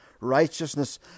righteousness